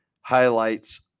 highlights –